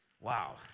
Wow